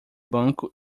banco